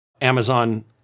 Amazon